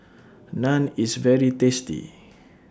Naan IS very tasty